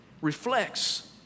reflects